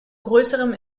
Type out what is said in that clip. größerem